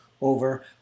over